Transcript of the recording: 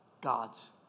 gods